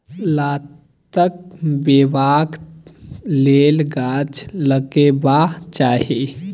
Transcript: लताम खेबाक लेल गाछ लगेबाक चाही